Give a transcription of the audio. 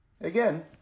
Again